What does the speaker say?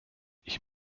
ich